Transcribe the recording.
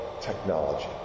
technology